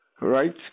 right